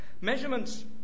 measurements